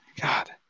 God